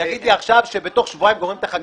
יגיד לי עכשיו שבתוך שבועיים גומרים את החקיקה.